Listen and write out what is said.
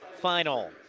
Final